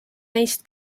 neist